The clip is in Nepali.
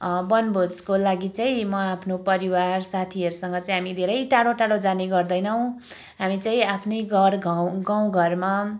वनभोजको लागि चाहिँ म आफ्नो परिवार साथीहरूसँग चाहिँ हामी धेरै टाढो टाढो जाने गर्दैनौँ हामी चाहिँ आफ्नै घरगाउँ गाउँघरमा